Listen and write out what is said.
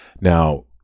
Now